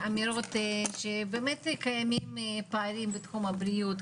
באמת קיימים פערים בתחום הבריאות,